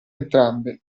entrambe